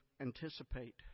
anticipate